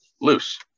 loose